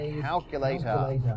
Calculator